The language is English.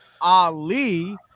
Ali